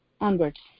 onwards